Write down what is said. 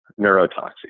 neurotoxic